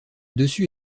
dessus